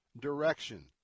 direction